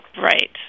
Right